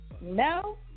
No